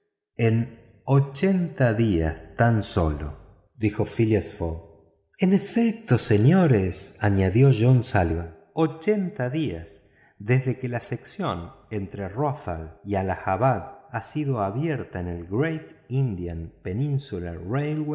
en ochenta días tan sólo dijo phileas fogg en efecto señores añadió john sullivan ochenta días desde que la sección entre rothal y altahabad ha sido abierta en el great indican peninsular